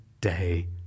day